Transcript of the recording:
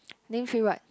name three what